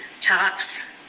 tops